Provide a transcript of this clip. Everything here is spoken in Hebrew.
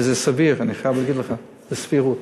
אני חייב להגיד לך שזה סביר.